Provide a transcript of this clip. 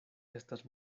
estas